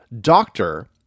doctor